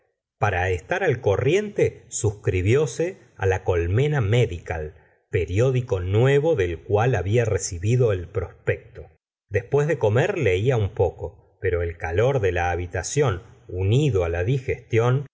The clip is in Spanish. para estar al corriente subscribióse it la colmena medical periódico nuevo del cual había recibido el prospecto después de comer leía un poco pero el calor de la habitación unido á la digestión